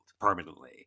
permanently